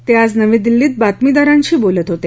ते आज नवी दिल्लीत बातमीदारांशी बोलत होते